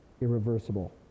irreversible